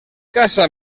casa